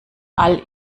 all